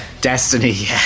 Destiny